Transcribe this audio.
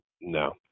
no